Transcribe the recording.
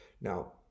Now